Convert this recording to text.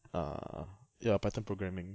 ah ya python programming